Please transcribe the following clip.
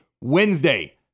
Wednesday